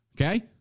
Okay